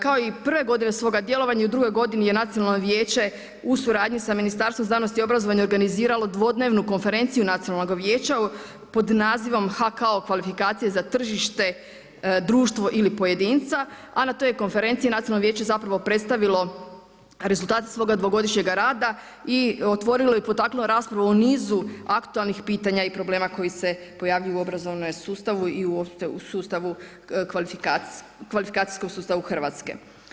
Kao i prve godine svoga djelovanja i u drugoj godini je Nacionalno vijeće u suradnji sa Ministarstvom znanosti i obrazovanja organiziralo dvodnevnu konferenciju Nacionalnoga vijeća pod nazivom HKO kvalifikacija za tržište, društvo ili pojedinca a na toj je konferenciji Nacionalno vijeće zapravo predstavilo rezultate svoga dvogodišnjega rada i otvorilo i potaknulo rasprave o nizu aktualnih pitanja i problema koji pojavljuju u obrazovnom sustavu i u kvalifikacijskom sustavu Hrvatske.